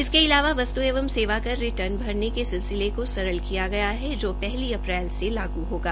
इसके अलावा वस्तु एवं सेवा कर रिटर्न भरने के सिलसिले को सरल किया गया है जो पहली अप्रैल से लागू होगा